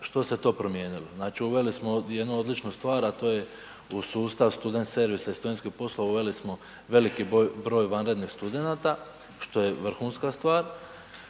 što se to promijenilo. Znači uveli smo jednu odličnu stvar, a to je u sustav student servisa i studentskih poslova uveli smo veliki broj vanrednih studenata što je vrhunska stvar.